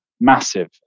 massive